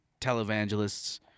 televangelists